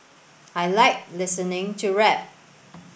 I like listening to rap